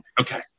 Okay